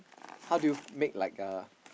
how do you make like uh